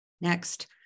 Next